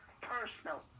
personal